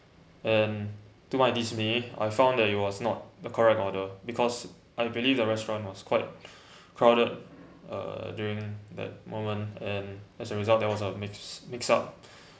and to my dismay I found that it was not the correct order because I believe the restaurant was quite crowded uh during that moment and as a result there was uh mixed mixed up